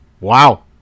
Wow